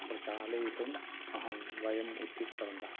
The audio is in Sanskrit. प्रचालयितुम् अहं वयम् उद्युक्तवन्तः